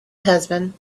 husband